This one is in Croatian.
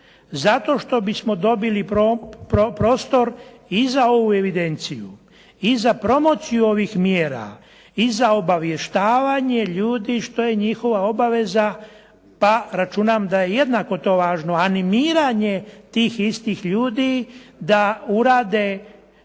zato što bismo dobili prostor i za ovu evidenciju i za promociju ovih mjera i za obavještavanje ljudi što je njihova obaveza pa računam da je jednako to važno animiranje tih istih ljudi da urade